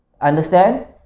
Understand